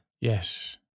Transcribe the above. Yes